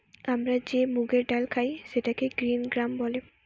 আমরা যে মুগের ডাল খাই সেটাকে গ্রিন গ্রাম বলে